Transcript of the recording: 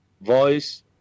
voice